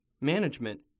management